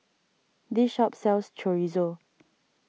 this shop sells Chorizo